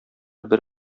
бер